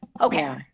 Okay